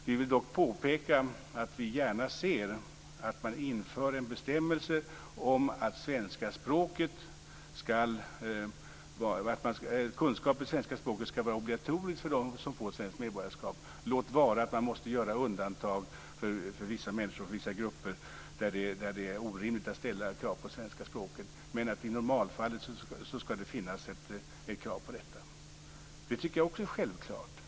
Vi vill dock påpeka att vi gärna ser att man inför en bestämmelse om att kunskaper i svenska språket skall vara obligatoriskt för dem som får svenskt medborgarskap, låt vara att man måste göra undantag för vissa människor och vissa grupper där det är orimligt att ställa krav på kunskaper i svenska språket. Men i normalfallet skall det finnas ett krav på detta. Det tycker jag också är självklart.